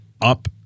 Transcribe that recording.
up